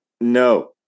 No